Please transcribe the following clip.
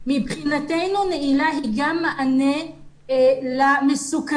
מבחינתנו נעילה היא גם מענה למסוכנות,